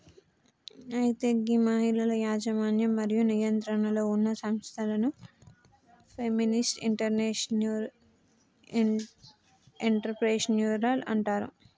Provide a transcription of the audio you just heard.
అయితే గీ మహిళల యజమన్యం మరియు నియంత్రణలో ఉన్న సంస్థలను ఫెమినిస్ట్ ఎంటర్ప్రెన్యూరిల్ అంటారు